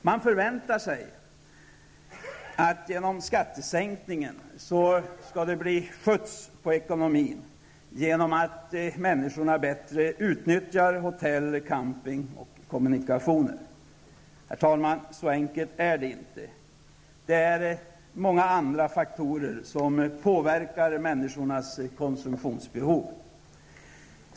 Man förväntar sig att det genom skattesänkningen skall bli skjuts på ekonomin genom att människorna bättre utnyttjar hotell, camping och kommunikationer. Herr talman! Så enkelt är det inte. Det är många andra faktorer som påverkar människornas konsumtionsbehov.